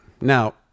Now